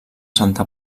santa